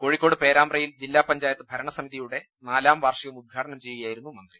കോഴിക്കോട് പേരാമ്പ്രയിൽ ജില്ലാ പഞ്ചായത്ത് ഭരണസമിതിയുടെ നാലാംവാർഷികം ഉദ്ഘാടനം ചെയ്യുകയായിരുന്നു മന്ത്രി